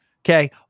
okay